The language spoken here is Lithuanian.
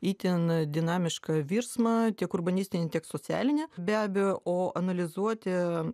itin dinamišką virsmą tiek urbanistinį tiek socialinį be abejo o analizuoti